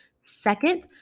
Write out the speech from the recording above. Second